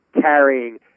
carrying